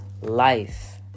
life